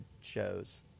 shows